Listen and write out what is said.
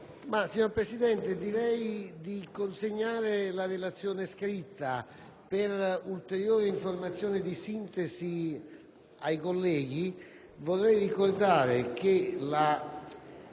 Signor Presidente, intendo rimettermi alla relazione scritta. Per ulteriori informazioni di sintesi ai colleghi,